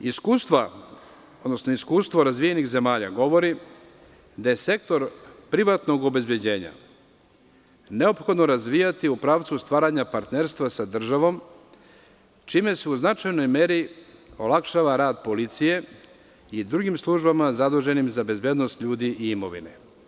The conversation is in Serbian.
Iskustvo razvijenih zemalja govori da je sektor privatnog obezbeđenja neophodno razvijati u pravcu stvaranja partnerstva sa državom čime se u značajnoj meri olakšava rad policije i drugim službama zaduženim za bezbednost ljudi i imovine.